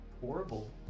horrible